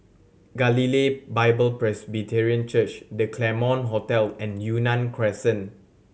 Galilee Bible Presbyterian Church The Claremont Hotel and Yunnan Crescent